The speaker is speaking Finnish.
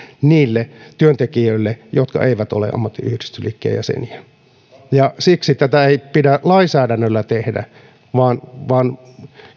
niille työntekijöille jotka eivät ole ammattiyhdistysliikkeen jäseniä siksi tätä ei pidä lainsäädännöllä tehdä vaan vaan